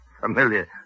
Familiar